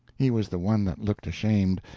he was the one that looked ashamed,